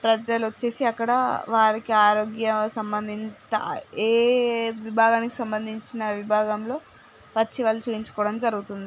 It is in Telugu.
ప్రజలు వచ్చేసి అక్కడా వారికి ఆరోగ్య సంబంధిత ఏ విభాగానికి సంబంధించిన విభాగంలో వచ్చి వాళ్ళు చూపించుకోవడం జరుగుతుంది